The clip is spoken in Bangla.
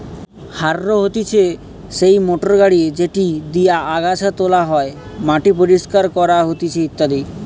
হাররো হতিছে সেই মোটর গাড়ি যেটি দিয়া আগাছা তোলা হয়, মাটি পরিষ্কার করা হতিছে ইত্যাদি